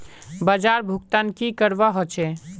बाजार भुगतान की करवा होचे?